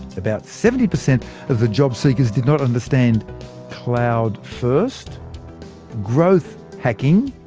about seventy percent of the jobseekers did not understand cloud-first, growth hacking,